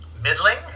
middling